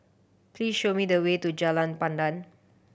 please show me the way to Jalan Pandan